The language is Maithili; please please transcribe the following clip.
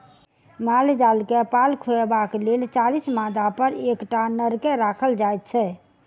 माल जाल के पाल खुअयबाक लेल चालीस मादापर एकटा नर के राखल जाइत छै